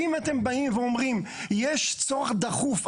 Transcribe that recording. אם אתם אומרים שיש צורך דחוף,